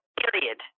period